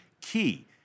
key